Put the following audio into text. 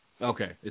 Okay